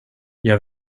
jag